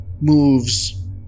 moves